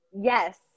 Yes